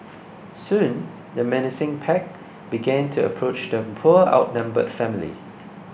soon the menacing pack began to approach the poor outnumbered family